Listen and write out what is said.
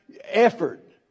Effort